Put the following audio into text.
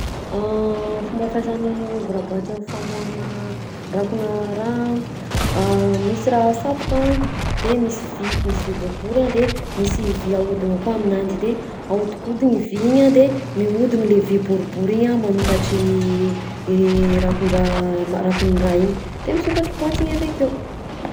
Fomba fiasan'ny ouvre-boîte amin'ny famoahana rakonà raha a: misy raha asatoka de misy vy misy vy boribory a de misy vy ahodigna koa aminanjy de ahodinkondigna i vy igny a de mihodigna le vy boribory igny a manokatr'i rakon-draha ma- rakon'raha igny, de misokatra boaty igny avy akeo.